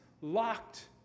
locked